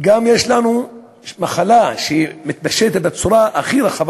יש לנו גם מחלה שמתפשטת בצורה רחבה,